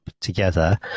together